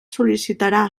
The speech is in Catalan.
sol·licitarà